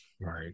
right